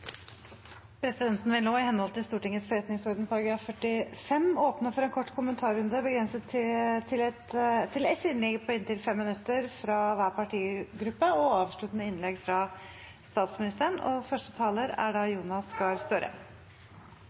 Presidenten vil nå i henhold til Stortingets forretningsorden § 45 åpne for en kort kommentarrunde begrenset til ett innlegg på inntil 5 minutter fra hver partigruppe og et avsluttende innlegg fra statsministeren. Koronakrisen har hatt store konsekvenser for menneskers liv og